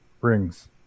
rings